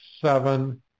seven